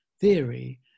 theory